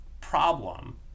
problem